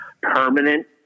permanent